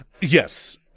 Yes